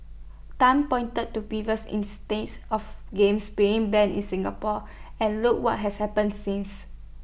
Tan pointed to previous instances of games being banned in Singapore and look what has happened since